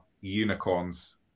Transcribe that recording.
unicorns